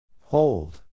Hold